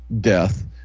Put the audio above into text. death